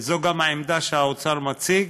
זו גם העמדה שהאוצר מציג,